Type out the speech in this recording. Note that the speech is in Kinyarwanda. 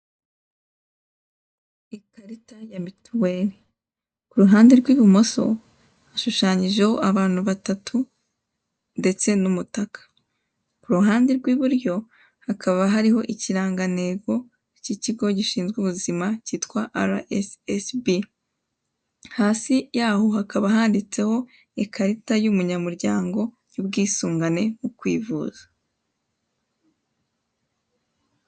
Ikarita ya mitiweli. Ku ruhande rw'ibumoso hashushanyijeho abantu batatu ndetse n'umutaka. Ku ruhande rw'iburyo hakaba hariho ikirangantego cy'ikigo gishinzwe ubuzima cyitwa Ara Esi Esi Bi (RSSB), Hasi yaho hakaba handitseho ikarita y'umunyamuryango y'ubwisungane mu kwivuza.